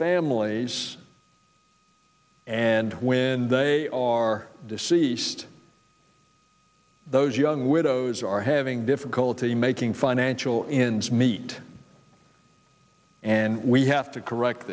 families and when they are deceased those young widows are having difficulty making financial in need and we have to correct